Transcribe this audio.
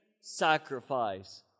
sacrifice